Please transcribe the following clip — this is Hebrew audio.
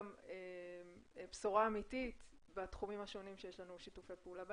גם בשורה אמיתית בתחומים השונים שיש לנו שיתופי פעולה בהם.